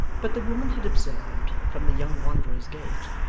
but the woman had observed, from the young wanderer's gait,